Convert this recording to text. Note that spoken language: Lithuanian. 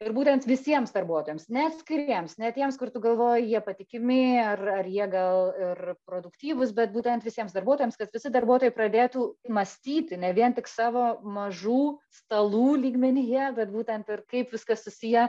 ir būtent visiems darbuotojams ne atskiriems ne tiems kur tu galvoji jie patikimi ar ar jie gal ir produktyvūs bet būtent visiems darbuotojams kad visi darbuotojai pradėtų mąstyti ne vien tik savo mažų stalų lygmenyje bet būtent ir kaip viskas susiję